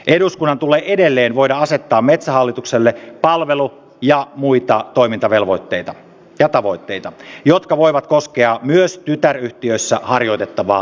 eduskunnan tulee edelleen voida asettaa metsähallitukselle palvelu ja muita toimintavelvoitteita ja tavoitteita jotka voivat koskea myös tytäryhtiöissä harjoitettavaa toimintaa